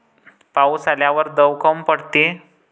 पाऊस आल्यावर दव काऊन पडते?